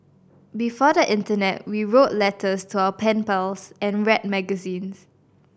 before the internet we wrote letters to our pen pals and read magazines